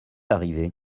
arrivé